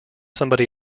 somebody